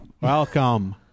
welcome